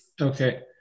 Okay